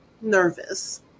nervous